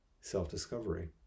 self-discovery